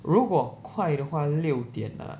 如果快的话六点 lah